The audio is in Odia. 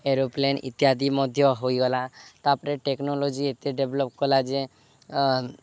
ଏରୋପ୍ଲେନ ଇତ୍ୟାଦି ମଧ୍ୟ ହୋଇଗଲା ତାପରେ ଟେକ୍ନୋଲୋଜି ଏତେ ଡେଭ୍ଲପ କଲା ଯେ